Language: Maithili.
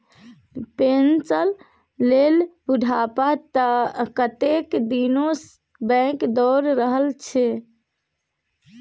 पेंशन लेल बुढ़बा कतेक दिनसँ बैंक दौर रहल छै